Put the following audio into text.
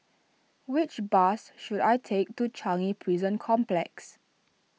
which bus should I take to Changi Prison Complex